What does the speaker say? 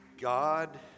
God